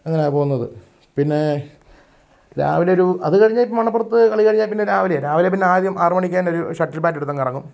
അങ്ങനെയാ പോകുന്നത് പിന്നേ രാവിലെ ഒരു അതുകഴിഞ്ഞ് മണപ്പുറത്ത് കളി കഴിഞ്ഞാൽ പിന്നെ രാവിലെയാ രാവിലെ പിന്നെ ആദ്യം ആറുമണിക്കുതന്നെ ഒരു ഷട്ടിൽ ബാറ്റെടുത്തങ്ങിറങ്ങും